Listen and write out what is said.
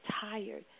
tired